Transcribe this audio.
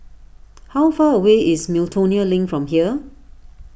how far away is Miltonia Link from here